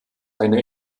eine